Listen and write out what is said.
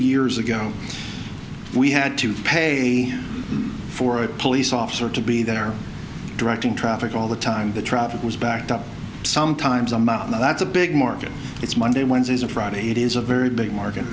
years ago we had to pay for a police officer to be there are directing traffic all the time the traffic was backed up sometimes i'm out that's a big market it's monday wednesday and friday it is a very big market